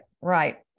right